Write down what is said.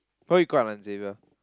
why guai lan Xavier